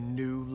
new